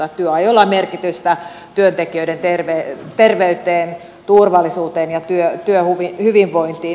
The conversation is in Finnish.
työajoilla on merkitystä työntekijöiden terveydelle turvallisuudelle ja työhyvinvoinnille